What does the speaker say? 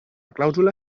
clàusula